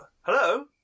hello